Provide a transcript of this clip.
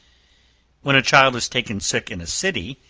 when a child is taken sick in a city,